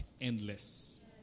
endless